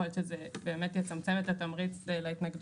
יכול להיות שזה באמת יצמצם את התמריץ להתנגדויות.